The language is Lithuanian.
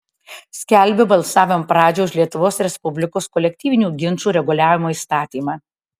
skelbiu balsavimo pradžią už lietuvos respublikos kolektyvinių ginčų reguliavimo įstatymą